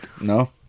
No